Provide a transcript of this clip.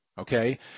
Okay